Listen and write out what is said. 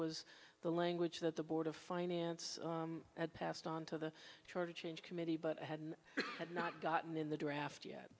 was the language that the board of finance at passed on to the charter change committee but hadn't had not gotten in the draft yet